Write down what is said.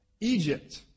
Egypt